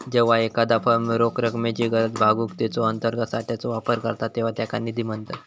जेव्हा एखादा फर्म रोख रकमेची गरज भागवूक तिच्यो अंतर्गत साठ्याचो वापर करता तेव्हा त्याका निधी म्हणतत